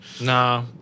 Nah